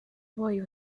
boy